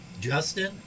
Justin